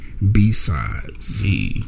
B-Sides